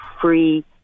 free